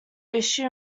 issue